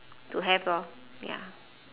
to have lor ya